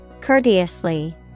Courteously